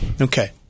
Okay